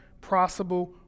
possible